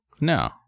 no